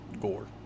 Gore